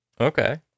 Okay